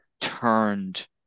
turned